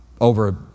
over